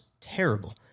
terrible